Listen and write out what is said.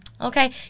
okay